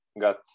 got